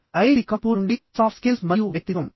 IIT Kanpur నుండి soft skills మరియు వ్యక్తిత్వం